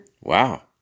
Wow